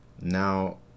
Now